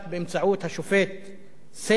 באמצעות השופט סגל,